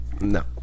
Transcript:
No